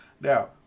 Now